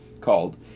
called